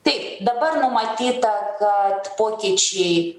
taip dabar numatyta kad pokyčiai